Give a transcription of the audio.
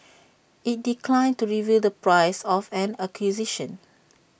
IT declined to reveal the price of an acquisition